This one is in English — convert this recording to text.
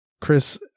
Chris